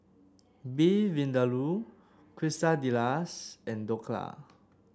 Beef Vindaloo Quesadillas and Dhokla